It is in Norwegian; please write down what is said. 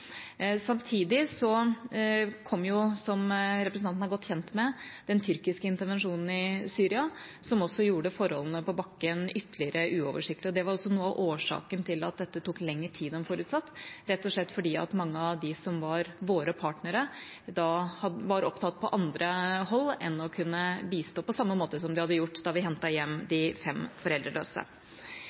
kom, som representanten er godt kjent med, den tyrkiske intervensjonen i Syria, som også gjorde forholdene på bakken ytterligere uoversiktlige, og det var også noe av årsaken til at dette tok lengre tid enn forutsatt, rett og slett fordi mange av dem som var våre partnere, da var opptatt på annet hold og ikke kunne bistå på samme måte som de hadde gjort da vi hentet hjem de fem foreldreløse.